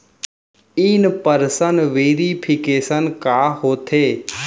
In person verification का होथे?